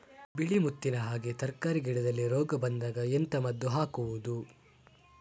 ಬಿಳಿ ಮುತ್ತಿನ ಹಾಗೆ ತರ್ಕಾರಿ ಗಿಡದಲ್ಲಿ ರೋಗ ಬಂದಾಗ ಎಂತ ಮದ್ದು ಹಾಕುವುದು?